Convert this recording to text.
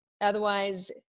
Otherwise